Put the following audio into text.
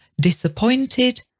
disappointed